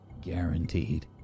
guaranteed